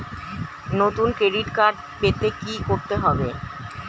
নতুন debit card পেতে কী করতে হবে?